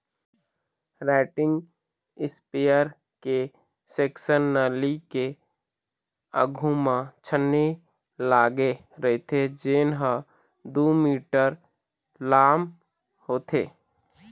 rocking इस्पेयर के section नली के आघू म छन्नी लागे रहिथे जेन ह दू मीटर लाम होथे